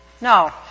No